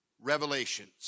revelations